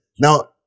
Now